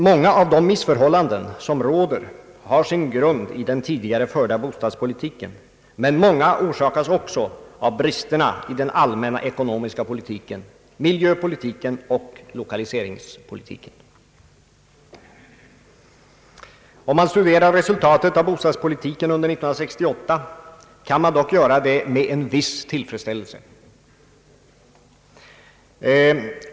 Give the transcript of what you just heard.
Många av de missförhållanden som dock råder har sin grund i den tidigare förda bostadspolitiken, men många orsakas också av bristerna i den allmänna ekonomiska politiken, miljöpolitiken och 1lokaliseringspolitiken. Om man studerar resultatet av bostadspolitiken under 1968, kan man dock känna en viss tillfredsställelse.